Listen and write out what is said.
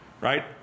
right